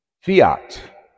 fiat